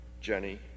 Jenny